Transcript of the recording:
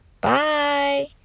Bye